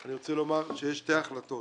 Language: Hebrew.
אני רוצה לומר שיש שתי החלטות